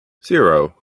zero